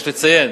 יש לציין